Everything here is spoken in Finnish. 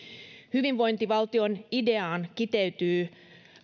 hyvinvointivaltion ideaan kiteytyy